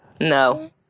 No